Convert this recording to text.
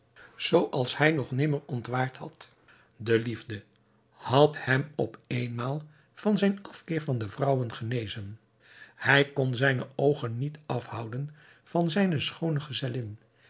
zooals hij nog nimmer ontwaard had de liefde had hem op éénmaal van zijn afkeer van de vrouwen genezen hij kon zijne oogen niet afhouden van zijne schoone gezellin en